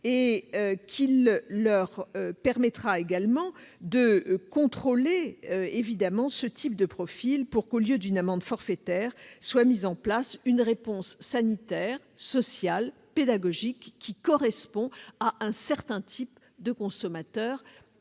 et qui leur permettront de contrôler ce type de profil, afin que, au lieu d'une amende forfaitaire, soit mise en place une réponse sanitaire, sociale, pédagogique correspondant à un certain type de consommateurs.